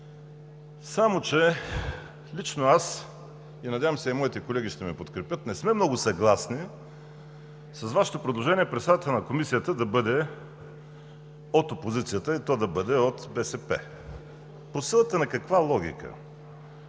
Само че лично аз, надявам се и моите колеги ще ме подкрепят, не сме много съгласни с Вашето предложение председател на комисията да бъде от опозицията, и то да бъде от БСП. По силата на каква логика?